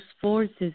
forces